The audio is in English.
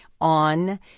on